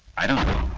i don't know.